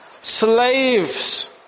slaves